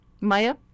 Maya